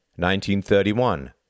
1931